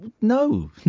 No